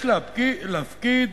יש להקפיד